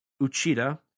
Uchida